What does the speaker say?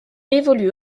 évolue